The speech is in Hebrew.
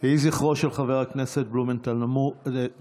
יהיה זכרו של חבר הכנסת בלומנטל ברוך.